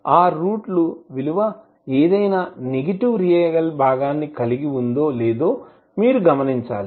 ఆ రూట్ ల విలువ ఏదైనా నెగటివ్ రియల్ భాగాన్ని కలిగి ఉందో లేదో మీరు గమనించాలి